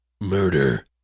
murder